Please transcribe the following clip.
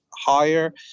higher